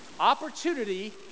Opportunity